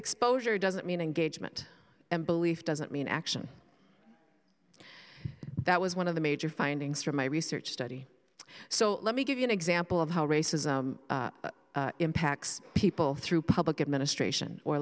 exposure doesn't mean engagement and belief doesn't mean action that was one of the major findings from my research study so let me give you an example of how racism impacts people through public administration or